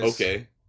Okay